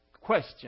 question